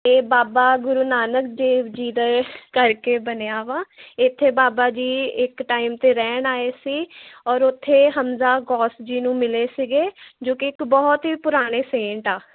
ਅਤੇ ਬਾਬਾ ਗੁਰੂ ਨਾਨਕ ਦੇਵ ਜੀ ਦੇ ਕਰਕੇ ਬਣਿਆ ਵਾ ਇੱਥੇ ਬਾਬਾ ਜੀ ਇੱਕ ਟਾਈਮ 'ਤੇ ਰਹਿਣ ਆਏ ਸੀ ਔਰ ਉੱਥੇ ਹਮਜ਼ਾ ਗੋਸ ਜੀ ਨੂੰ ਮਿਲੇ ਸੀਗੇ ਜੋ ਕੀ ਇੱਕ ਬਹੁਤ ਹੀ ਪੁਰਾਣੇ ਸੇਂਟ ਆ